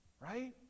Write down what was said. Right